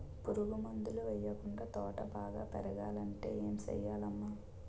పురుగు మందులు యెయ్యకుండా తోట బాగా పెరగాలంటే ఏ సెయ్యాలమ్మా